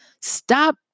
Stop